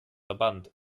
verbannt